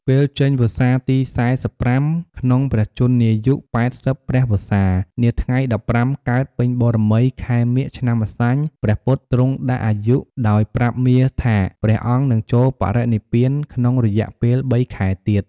ពេលចេញវស្សាទី ៤៥ ក្នុងព្រះជន្មាយុ ៨០ ព្រះវស្សា នាថ្ងៃ ១៥ កើតពេញបូណ៌មី ខែមាឃ ឆ្នាំម្សាញ់ ព្រះពុទ្ធទ្រង់ដាក់អាយុ ដោយប្រាប់មារថាព្រះអង្គនឹងចូលបរិនិព្វានក្នុងរយៈពេល ៣ ខែទៀត។